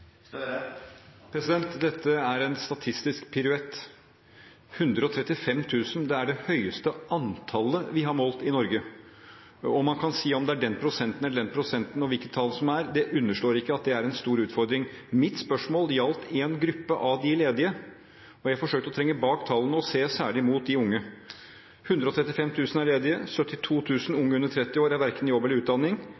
Dette er en statistisk piruett. 135 000 – det er det høyeste antallet vi har målt i Norge. Om det er den prosenten eller den prosenten, og hvilket tall det er, underslår ikke at det er en stor utfordring. Mitt spørsmål gjaldt én gruppe av de ledige, og jeg forsøkte å trenge bak tallene og se særlig mot de unge. 135 000 er ledige,